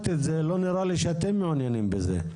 את זה לא נראה לי שאתם מעוניינים בזה.